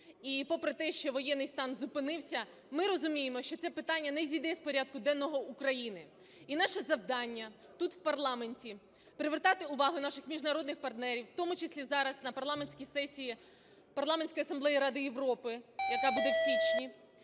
і попри те, що воєнний стан зупинився, ми розуміємо, що це питання не зійде з порядку денного України. І наше завдання тут в парламенті – привертати увагу наших міжнародних партнерів, в тому числі зараз на парламентській сесії Парламентської асамблеї Ради Європи, яка буде в січні,